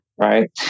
Right